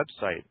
website